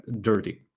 dirty